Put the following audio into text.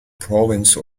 province